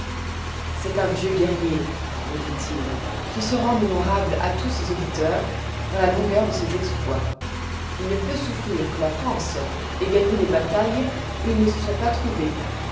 c'est un vieux guerrier me dit-il qui se rend mémorable à tous ses auditeurs par la longueur de ses exploits il ne peut souffrir que la france ait gagné des batailles où il ne se soit pas trouvé